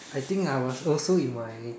I think I was also in my